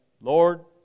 Lord